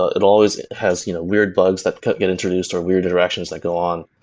it always has you know weird bugs that get introduced or weird interactions that go on.